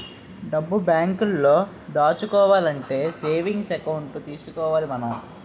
డబ్బు బేంకులో దాచుకోవాలంటే సేవింగ్స్ ఎకౌంట్ తీసుకోవాలి మనం